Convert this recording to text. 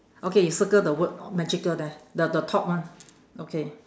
okay you circle the word magical there the the top one okay